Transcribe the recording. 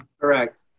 Correct